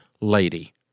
lady